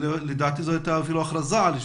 ולדעתי אפילו הייתה הכרזה על שביתה,